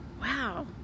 wow